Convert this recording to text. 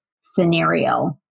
scenario